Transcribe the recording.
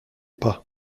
pas